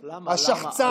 השחצן,